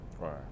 Right